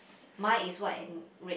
mine is what and red